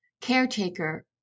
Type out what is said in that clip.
caretaker